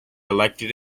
elected